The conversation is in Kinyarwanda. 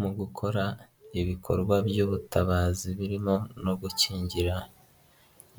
Mu gukora ibikorwa by'ubutabazi birimo no gukingira